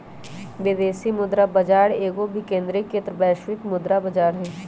विदेशी मुद्रा बाजार एगो विकेंद्रीकृत वैश्विक मुद्रा बजार हइ